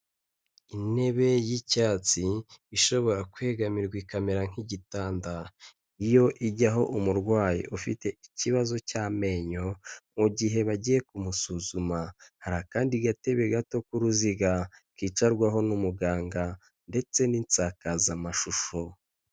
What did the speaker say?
Intebe y'icyatsi ishobora kwegamirwa ikamera nk'igitanda. Iyo ijyaho umurwayi ufite ikibazo cy'amenyo mu gihe bagiye kumusuzuma. Hari akandi gatebe gato k'uruziga kicarwaho n'umuganga ndetse n'insakazamashusho.